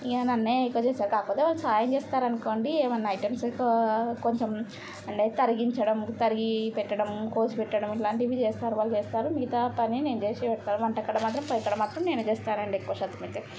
yeah ఇంకా నన్నే ఎక్కువ చేస్తా కాకపోతే వాళ్ళు సాయం చేస్తారు అనుకోండి ఏమైనా ఐటమ్స్ ఎక్కువ కొంచెం అండ్ తరిగించడం తరిగి పెట్టడం కోసి పెట్టడం ఇలాంటివి చేస్తారు వాళ్ళు చేస్తారు మిగతా పని నేను చేసి పెడతాను వంట కాడ మాత్రం పోయి కాడ మాత్రం నేనే చేస్తానండి ఎక్కువ శాతం అయితే